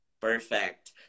Perfect